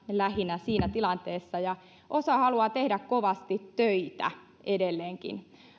lähinnä kotisohvalla siinä tilanteessa vaan osa haluaa kovasti tehdä töitä edelleenkin